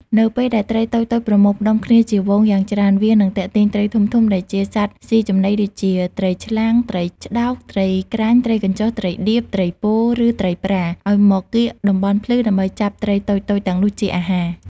នៅពេលដែលត្រីតូចៗប្រមូលផ្តុំគ្នាជាហ្វូងយ៉ាងច្រើន វានឹងទាក់ទាញ ត្រីធំៗដែលជាសត្វស៊ីចំណីដូចជា ត្រីឆ្លាំង ត្រីឆ្កោក ត្រីក្រាញ់ ត្រីកញ្ចុះ ត្រីដៀប ត្រីពោ ឬត្រីប្រា ឱ្យមកកៀកតំបន់ភ្លឺដើម្បីចាប់ត្រីតូចៗទាំងនោះជាអាហារ។